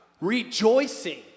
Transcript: Rejoicing